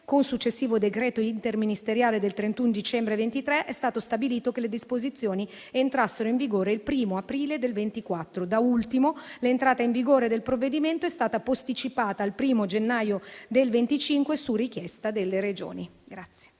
con successivo decreto interministeriale del 31 dicembre 2023 è stato stabilito che le disposizioni entrassero in vigore il 1° aprile del 2024. Da ultimo, l'entrata in vigore del provvedimento è stata posticipata al 1° gennaio del 2025 su richiesta delle Regioni.